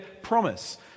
promise